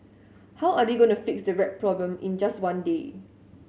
how are they going to fix the rat problem in just one day